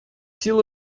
силу